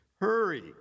hurry